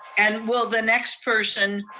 and will the next person